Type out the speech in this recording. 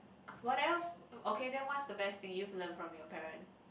what else okay then what's the best thing you've learn from your parent